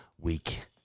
week